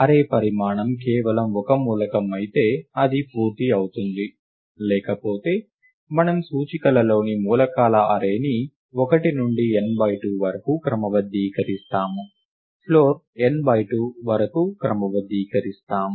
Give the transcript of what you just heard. array పరిమాణం కేవలం ఒకే మూలకం అయితే అది పూర్తి అవుతుంది లేకపోతే మనము సూచికలలోని మూలకాల అర్రేని 1 నుండి n 2 వరకు క్రమబద్ధీకరిస్తాము - ఫ్లోర్ n 2 వరకు క్రమబద్ధీకరిస్తాము